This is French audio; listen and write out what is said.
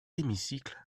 hémicycle